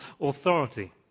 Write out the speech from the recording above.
authority